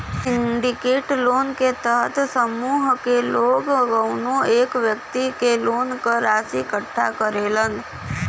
syndicate loan क तहत समूह क लोग कउनो एक व्यक्ति क लोन क राशि इकट्ठा करलन